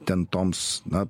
ten toms na